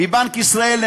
מבנק ישראל,